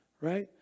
right